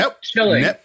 Chilling